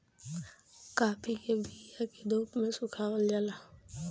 काफी के बिया के धूप में सुखावल जाला